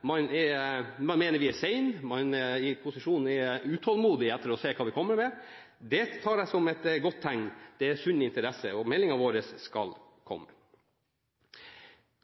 man mener at vi er sene, og at man i posisjonen er utålmodig etter å se hva vi kommer med. Det tar jeg som et godt tegn. Det er en sunn interesse, og meldingen vår skal komme.